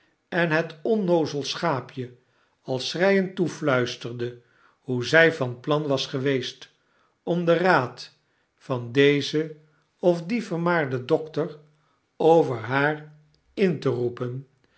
en het onnoozel schaapje al schreiend toefluisterde hoe zy van plan was geweest om den raad vandezen of dien vermaarden dokter over haar in te roepen